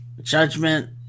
judgment